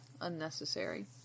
Unnecessary